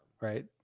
right